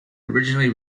originally